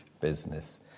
business